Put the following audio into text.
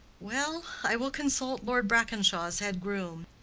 well, i will consult lord brackenshaw's head groom.